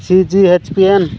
C G H P N